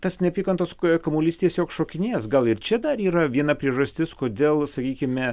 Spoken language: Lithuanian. tas neapykantos kamuolys tiesiog šokinės gal ir čia dar yra viena priežastis kodėl sakykime